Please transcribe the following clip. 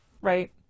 right